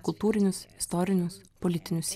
kultūrinius istorinius politinius